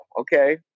okay